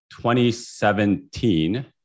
2017